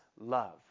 love